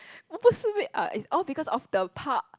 uh is all because of the park